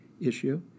issue